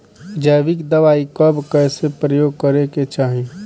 जैविक दवाई कब कैसे प्रयोग करे के चाही?